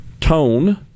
tone